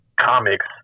comics